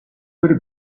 per